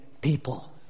people